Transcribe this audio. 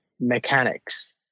mechanics